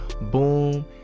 boom